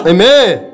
Amen